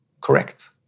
correct